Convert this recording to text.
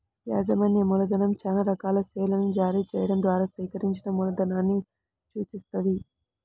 యాజమాన్య మూలధనం చానా రకాల షేర్లను జారీ చెయ్యడం ద్వారా సేకరించిన మూలధనాన్ని సూచిత్తది